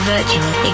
Virtual